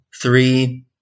three